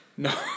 No